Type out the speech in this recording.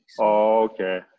Okay